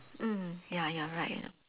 mm ya ya right uh